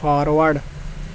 forward